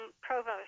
Provost